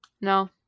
no